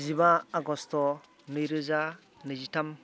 जिबा आगष्ट' नैरोजा नैजिथाम